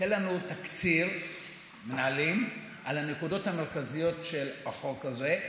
תן לנו תקציר מנהלים על הנקודות המרכזיות של החוק הזה,